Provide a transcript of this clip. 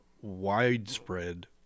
widespread